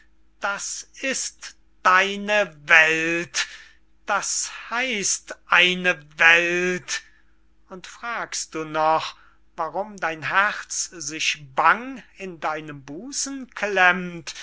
das ist deine welt das heißt eine welt und fragst du noch warum dein herz sich bang in deinem busen